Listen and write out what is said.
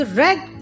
red